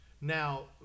Now